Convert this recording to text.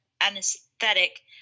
anesthetic